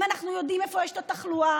אם אנחנו יודעים איפה יש תחלואה,